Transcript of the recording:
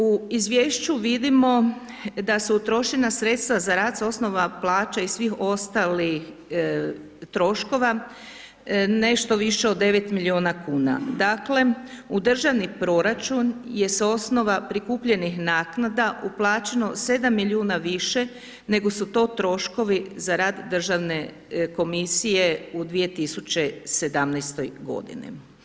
U izvješću vidimo da su utrošena sredstava za rad s osnova plaća i svih ostalih troškova nešto viša od 9 miliona kuna, dakle u državni proračun je s osnova prikupljanih naknada uplaćeno 7 miliona nego su to troškovi za rad državne komisije u 2017. godini.